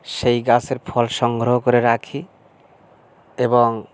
সেই গাছের ফল সংগ্রহ করে রাখি এবং